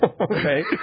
Okay